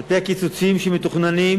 על-פי הקיצוצים שמתוכננים,